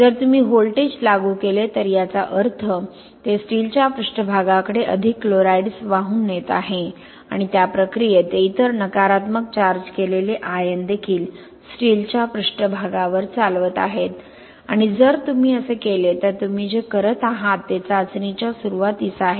जर तुम्ही व्होल्टेज लागू केले तर याचा अर्थ ते स्टीलच्या पृष्ठभागाकडे अधिक क्लोराईड्स वाहून नेत आहे आणि त्या प्रक्रियेत ते इतर नकारात्मक चार्ज केलेले आयन देखील स्टीलच्या पृष्ठभागावर चालवत आहेत आणि जर तुम्ही असे केले तर तुम्ही जे करत आहात ते चाचणीच्या सुरूवातीस आहे